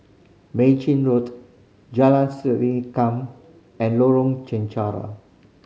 Mei Chin Road Jalan Come and Lorong Chencharu